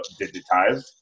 digitized